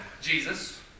Jesus